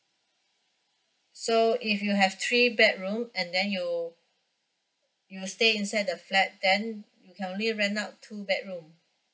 so if you have three bedroom and then you you stay inside the flat then you can only rent out two bedroom